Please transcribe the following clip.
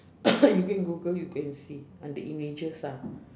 you go and google you can see ah the images ah